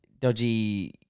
dodgy